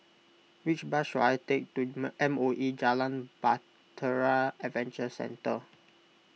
which bus should I take to M O E Jalan Bahtera Adventure Centre